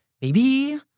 baby